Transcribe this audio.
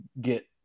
get